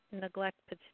neglect